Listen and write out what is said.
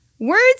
Words